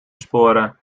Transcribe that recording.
sporen